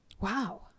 Wow